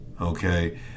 Okay